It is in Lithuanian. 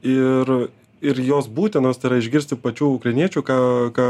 ir ir jos būtinos tai yra išgirsti pačių ukrainiečių ką ką